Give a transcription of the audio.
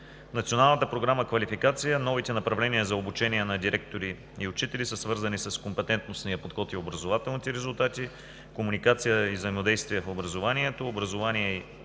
Националната програма „Квалификация“ новите направления за обучение на директори и учители са свързани с компетентностния подход и образователните резултати, комуникация и взаимодействие в образованието, образование и ценности,